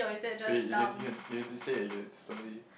okay you can you can you can say it again slowly